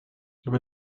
über